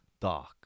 dark